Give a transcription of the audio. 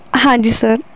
ਹਾਂਜੀ ਸਰ